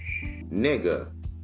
nigga